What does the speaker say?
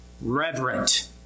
Reverent